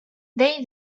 they